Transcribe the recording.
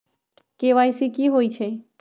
KYC कि होई छई?